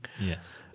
Yes